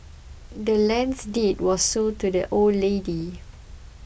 the land's deed was sold to the old lady